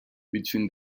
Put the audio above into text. between